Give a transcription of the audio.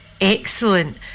excellent